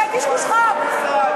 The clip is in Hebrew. זה קשקוש חוק.